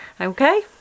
okay